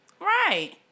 Right